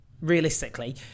realistically